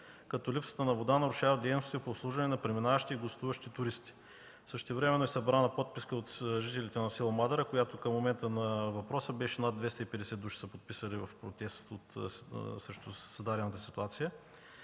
като липсата на вода нарушава дейностите по обслужване на преминаващи и гостуващи туристи. Същевременно е събрана подписка от жителите на с. Мадара, която към момента на въпроса беше над 250 души, които са се подписали срещу създадената ситуация.